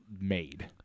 made